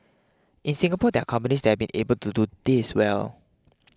in Singapore there are companies that have been able to do this well